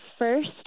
first